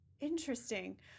Interesting